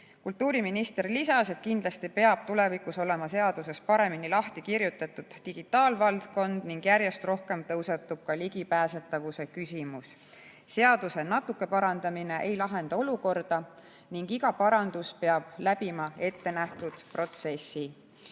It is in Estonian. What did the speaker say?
Kultuuriminister lisas, et kindlasti peab tulevikus olema seaduses paremini lahti kirjutatud digitaalvaldkond ning järjest rohkem tõusetub ka ligipääsetavuse küsimus. Seaduse natuke parandamine ei lahenda olukorda ning iga parandus peab läbima ettenähtud protsessi.